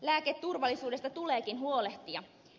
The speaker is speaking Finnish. lääketurvallisuudesta tuleekin huolehtia